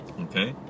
Okay